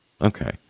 Okay